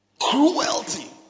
cruelty